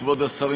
כבוד השרים,